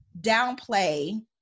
downplay